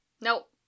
Nope